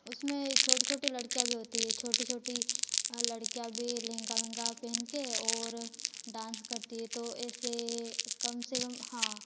उसमें छोटी छोटी लडकियाँ भी होती हैं छोटी छोटी लडकियाँ भी लहंगा वहंगा पहन कर और डांस करती हैं तो ऐसे कम से कम हाँ